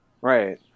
right